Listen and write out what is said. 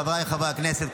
חבריי חברי הכנסת,